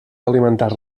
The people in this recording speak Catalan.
alimentar